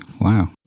wow